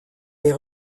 des